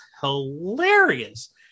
hilarious